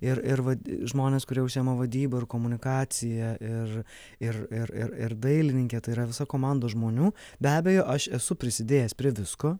ir ir vat žmonės kurie užsiima vadyba ir komunikacija ir ir ir ir ir dailininkė tai yra visa komanda žmonių be abejo aš esu prisidėjęs prie visko